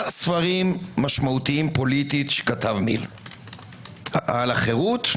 ספרים משמעותיים פוליטית מיל שכתב - על החירות,